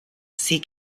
see